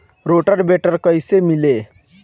Rotor weeder कईसे मिले?